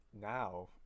now